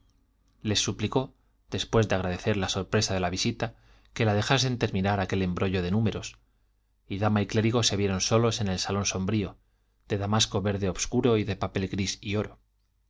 les suplicó después de agradecer la sorpresa de la visita que la dejasen terminar aquel embrollo de números y dama y clérigo se vieron solos en el salón sombrío de damasco verde obscuro y de papel gris y oro